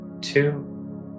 two